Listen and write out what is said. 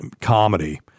comedy